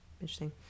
interesting